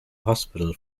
hospital